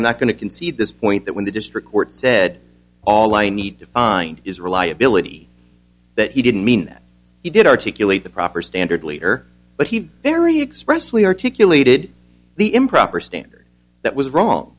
i'm not going to concede this point that when the district court said all i need to find is reliability that he didn't mean that he did articulate the proper standard leader but he very expressed lee articulated the improper standard that was wrong